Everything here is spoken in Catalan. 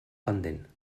pendent